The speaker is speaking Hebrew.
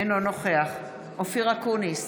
אינו נוכח אופיר אקוניס,